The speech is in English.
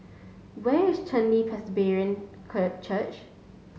where is Chen Li Presbyterian Church